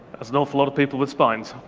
there's an awful lot of people with spines,